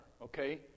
Okay